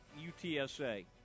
UTSA